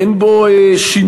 אין בו שינוי,